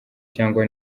cyangwa